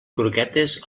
croquetes